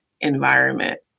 environment